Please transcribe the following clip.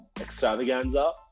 extravaganza